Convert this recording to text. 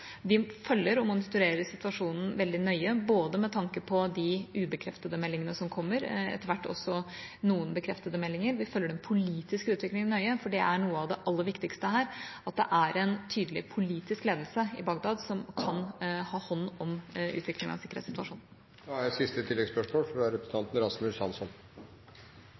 Vi følger og monitorerer situasjonen veldig nøye, med tanke på både de ubekreftede meldingene som kommer, etter hvert også noen bekreftede meldinger. Vi følger den politiske utviklinga nøye, for noe av det aller viktigste her er at det er en tydelig politisk ledelse i Bagdad, som har hånd om utviklinga av sikkerhetssituasjonen. Rasmus Hansson – til siste